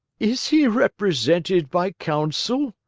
is he represented by counsel?